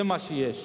זה מה שיש.